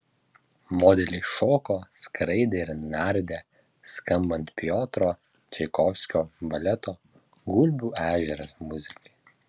modeliai šoko skraidė ir nardė skambant piotro čaikovskio baleto gulbių ežeras muzikai